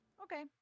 Okay